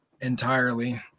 entirely